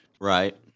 Right